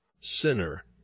sinner